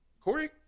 Corey